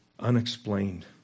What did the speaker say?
Unexplained